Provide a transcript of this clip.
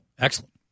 excellent